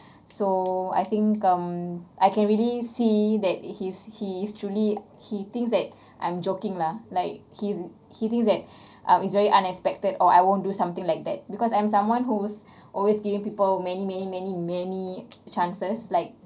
so I think um I can really see that he's he's truly he thinks that I'm joking lah like he's he thinks that it's very unexpected or I won't do something like that because I'm someone who's always giving people many many many many chances like